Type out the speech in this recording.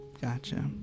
Gotcha